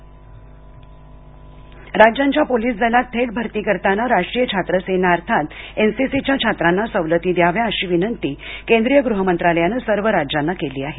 NCC राज्यांच्या police दलांत थेट भरती करताना राष्ट्रीय छात्र सेना अर्थात एनसीसी च्या छात्रांना सवलती द्याव्या अशी विनंती केंद्रीय गृह मंत्रालयानं सर्व राज्यांना केली आहे